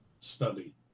study